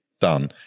done